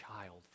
child